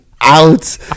out